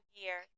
year